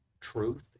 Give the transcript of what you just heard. truth